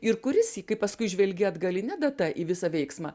ir kuris į kaip paskui žvelgi atgaline data į visą veiksmą